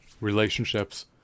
relationships